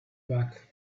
back